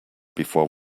before